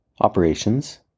operations